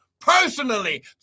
personally